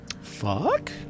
Fuck